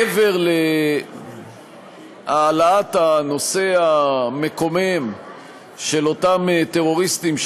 מעבר להעלאת הנושא המקומם של אותם טרוריסטים,